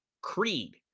creed